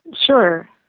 Sure